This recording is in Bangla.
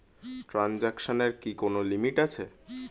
ট্রানজেকশনের কি কোন লিমিট আছে?